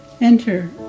Enter